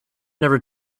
never